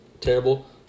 Terrible